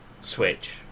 Switch